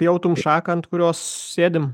pjautum šaką ant kurios sėdim